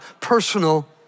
personal